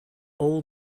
all